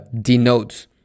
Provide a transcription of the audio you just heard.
denotes